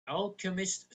alchemist